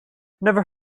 never